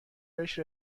بهش